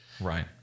Right